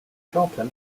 charlton